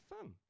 fun